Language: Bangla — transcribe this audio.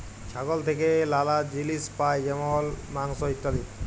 ছাগল থেক্যে লালা জিলিস পাই যেমল মাংস, ইত্যাদি